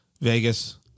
Vegas